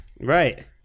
Right